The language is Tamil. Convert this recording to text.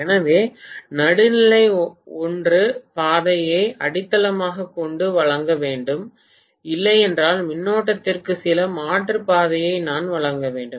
எனவே நடுநிலை ஒன்று பாதையை அடித்தளமாகக் கொண்டு வழங்க வேண்டும் இல்லையென்றால் மின்னோட்டத்திற்கு சில மாற்று பாதையை நான் வழங்க வேண்டும்